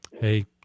Hey